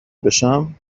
بشم